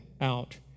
out